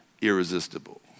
irresistible